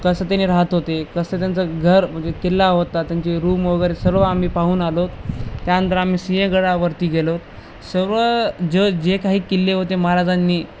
कसं त्यांनी राहत होते कसं त्यांचं घर म्हणजे किल्ला होता त्यांचे रूम वगैरे सर्व आम्ही पाहून आलो त्यानंतर आम्ही सिंहगडावरती गेलो सर्व ज जे काही किल्ले होते महाराजांनी